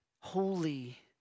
holy